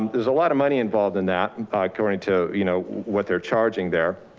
there's a lot of money involved in that ah according to you know, what they're charging there.